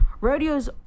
rodeos